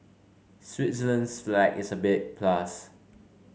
Switzerland's flag is a big plus